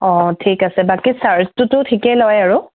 অঁ ঠিক আছে বাকী চাৰ্জটোতো ঠিকে লয় আৰু